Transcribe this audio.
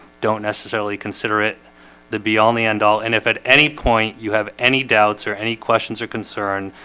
don't necessarily consider it the beyond the end-all and if at any point you have any doubts or any questions or concern?